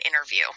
interview